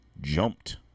jumped